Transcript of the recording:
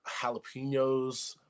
Jalapenos